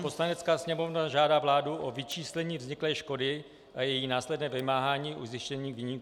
Poslanecká sněmovna žádá vládu o vyčíslení vzniklé škody a její následné vymáhání u zjištěných viníků.